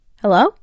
Hello